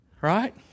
right